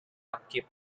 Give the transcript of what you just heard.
upkeep